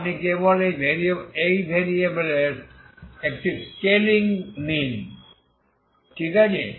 যা আপনি কেবল এই ভেরিয়েবলের একটি স্কেলিং নিন ঠিক আছে